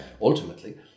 ultimately